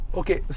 okay